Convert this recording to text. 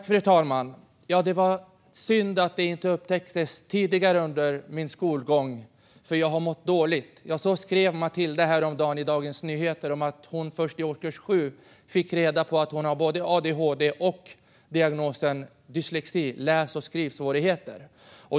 Fru talman! "Det var synd att det inte upptäcktes tidigare, för jag har mått dåligt." Så skrev Matilda häromdagen i Dagens Nyheter om att hon först i årskurs 7 fick reda på att hon har både adhd och diagnosen dyslexi, läs och skrivsvårigheter.